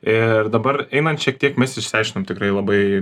ir dabar einant šiek tiek mes išsiaiškinom tikrai labai